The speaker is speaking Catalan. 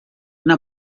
una